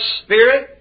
spirit